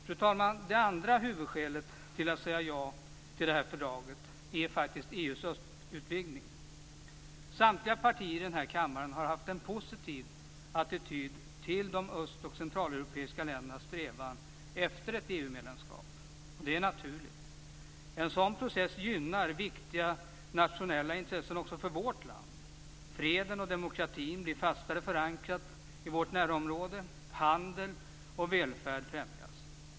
Fru talman! Det andra huvudskälet till att säga ja till det här fördraget är faktiskt EU:s östutvidgning. Samtliga partier i den här kammaren har haft en positiv attityd till de öst och centraleuropeiska ländernas strävan efter ett EU-medlemskap. Det är naturligt. En sådan process gynnar viktiga nationella intressen också för vårt land. Freden och demokratin blir fastare förankrade i vårt närområde. Handel och välfärd främjas.